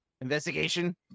Investigation